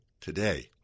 Today